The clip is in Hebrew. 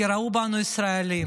כי ראו בנו ישראלים.